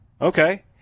okay